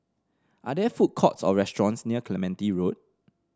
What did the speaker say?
are there food courts or restaurants near Clementi Road